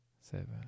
seven